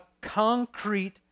concrete